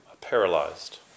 paralyzed